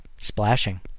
splashing